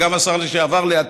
גם השר לשעבר-לעתיד,